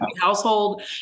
household